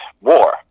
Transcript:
war